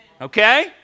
Okay